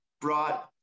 brought